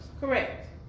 Correct